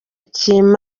ikindi